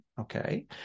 Okay